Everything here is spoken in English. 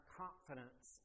confidence